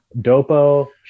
Dopo